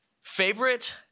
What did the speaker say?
Favorite